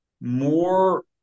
more –